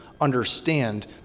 understand